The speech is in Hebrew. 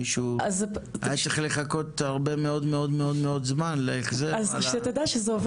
מישהו היה צריך לחכות הרבה מאוד מאוד מאוד זמן להחזר ההשקעה.